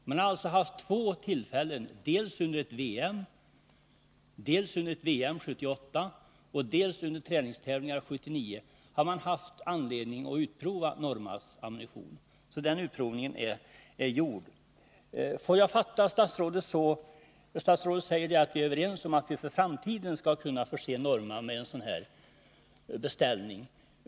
Man har alltså haft två tillfällen — dels under ett VM 1978, dels under träningstävlingar 1979 — att utprova Normas ammunition. Den utprovningen är således gjord. Jag fattar statsrådet så, när han säger att vi är överens, att vi för framtiden skall kunna förse Norma med en sådan här beställning.